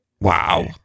Wow